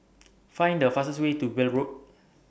Find The fastest Way to Weld Road